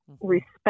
respect